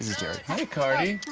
jerry. hi, cardi.